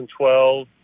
2012